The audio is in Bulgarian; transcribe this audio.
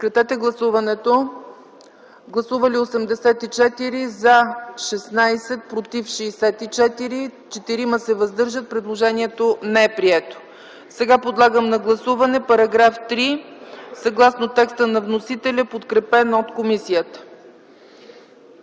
Подлагам на гласуване § 3, съгласно текста на вносителя, подкрепен от комисията.